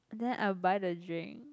then I'll buy the drink